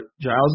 Giles